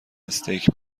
استیک